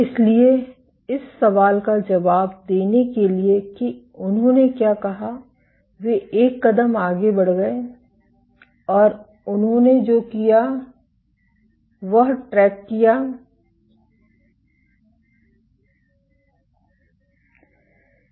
इसलिए इस सवाल का जवाब देने के लिए कि उन्होंने क्या कहा वे एक कदम आगे बढ़ गए और उन्होंने जो किया वह ट्रैक किया गया